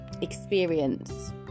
experience